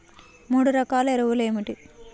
మూడు రకాల ఎరువులు ఏమిటి?